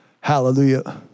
Hallelujah